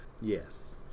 Yes